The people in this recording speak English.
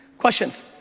questions?